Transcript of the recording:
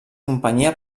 companyia